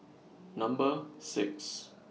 Number six